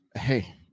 hey